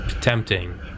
tempting